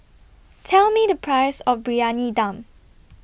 Tell Me The Price of Briyani Dum